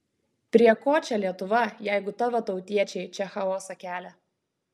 prie ko čia lietuva jeigu tavo tautiečiai čia chaosą kelia